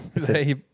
Say